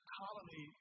colony